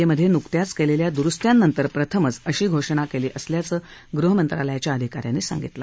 ए मधे नुकत्याच केलेल्या दुरूस्त्यांनंतर प्रथमच अशी घोषणा केली असल्याचं गृहमंत्रालयाच्या अधिका यांनी सांगितलं